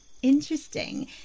interesting